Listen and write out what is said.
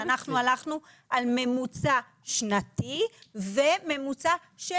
אנחנו הלכנו על ממוצע שנתי וממוצע של